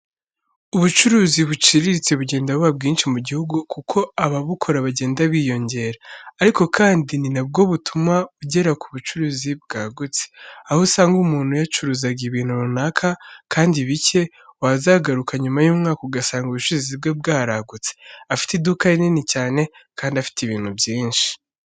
Ubucuruzi buciriritse bugenda buba bwinshi mu gihugu kuko ababukora bagenda biyongera, ariko kandi ni nabwo butuma ugera ku bucuruzi bwagutse, aho usanga umuntu yacuruzaga ibintu runaka kandi bike wazagaruka nyuma y'umwaka ugasanaga ubucuruzi bwe bwaragutse, afite iduka rinini cyane kandi afite ibintu byinshi.